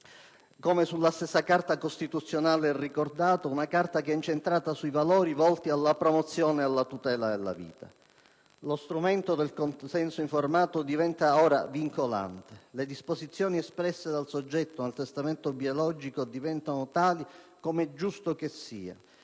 sulla stessa Carta costituzionale, incentrata su valori volti alla promozione e alla tutela della vita. Lo strumento del consenso informato diventa ora vincolante. Le disposizioni espresse dal soggetto nel testamento biologico diventano tali, come è giusto che sia.